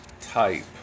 type